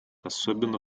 особенно